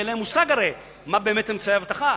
הרי אין להם מושג מהם באמת אמצעי האבטחה.